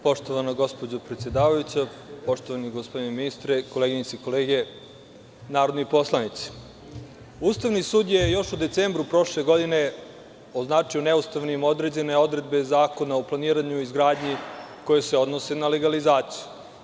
Poštovana gospođo predsedavajuća, poštovani gospodine ministre, koleginice i kolege narodni poslanici, Ustavni sud je još u decembru prošle godine označio neustavnim određene odredbe Zakona o planiranju i izgradnji koje se odnose na legalizaciju.